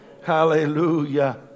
Hallelujah